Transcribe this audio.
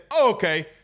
okay